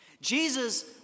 Jesus